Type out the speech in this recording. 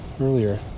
earlier